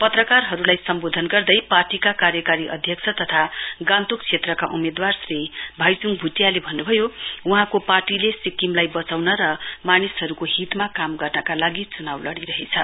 पत्रकारहरुलाई सम्बोधन गर्दै पार्टीका कार्यकारी अध्यक्ष तथा गान्तोक क्षेत्रका उम्मेदवार श्री भाईचुङ भुटियाले भन्नुभयो वहाँको पार्टीले सिक्किमलाई बचाउन र मानिसहरुको हितमा काम गर्नका लागि चनाउ लड़िरहेछ